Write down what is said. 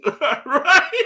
Right